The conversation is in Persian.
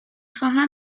خواهم